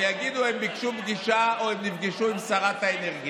ויגידו שהם ביקשו פגישה או נפגשו עם שרת האנרגיה.